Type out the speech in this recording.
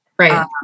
Right